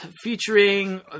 Featuring